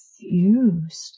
confused